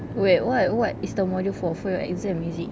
wait what what is the module for for your exam is it